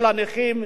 של הנכים,